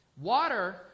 Water